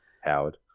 Howard